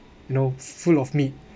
no full of meat